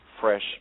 fresh